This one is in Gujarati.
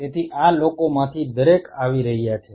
તેથી આ લોકોમાંથી દરેક આવી રહ્યા છે